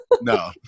no